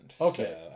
Okay